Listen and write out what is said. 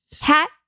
Hat